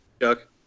Chuck